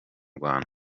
rwanda